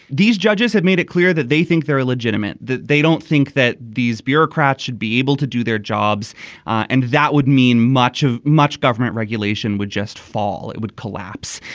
these judges have made it clear that they think they're legitimate. they don't think that these bureaucrats should be able to do their jobs and that would mean much of much government regulation would just fall it would collapse.